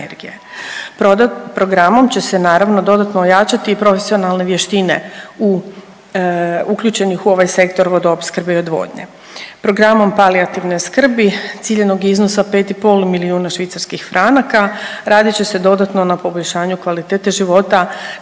Programom će se naravno dodatno ojačati i profesionalne vještine uključenih u ovaj sektor vodoopskrbe i odvodnje. Programom palijativne skrbi ciljanog iznosa 5,5 milijuna švicarskih franaka radit će se dodatno na poboljšanju kvalitete života